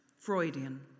Freudian